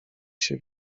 się